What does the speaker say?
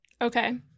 Okay